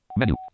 menu